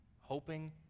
hoping